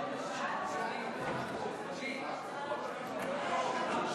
חוק הגליל (תיקון מס'